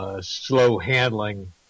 slow-handling